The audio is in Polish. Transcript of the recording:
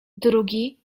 drugi